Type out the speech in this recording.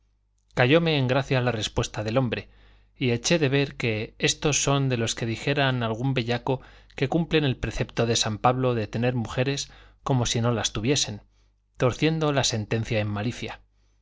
cayóme en gracia la respuesta del hombre y eché de ver que estos son de los que dijera algún bellaco que cumplen el precepto de san pablo de tener mujeres como si no las tuviesen torciendo la sentencia en malicia